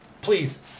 Please